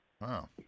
Wow